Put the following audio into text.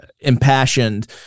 impassioned